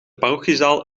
parochiezaal